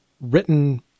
written